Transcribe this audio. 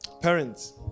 parents